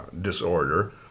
disorder